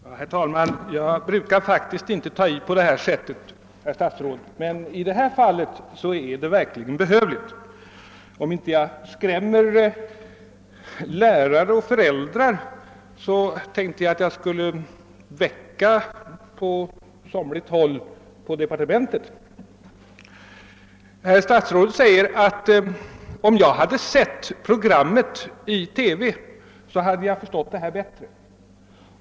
Herr talman! Jag brukar faktiskt inte ta i på detta sätt, herr statsråd, men i detta fall är det verkligen behövligt. Om jag inte skrämmer lärare och föräldrar tänkte jag att jag skulle väcka somliga inom departementet. Statsrådet säger att om jag hade sett programmet i TV hade jag förstått detta bättre.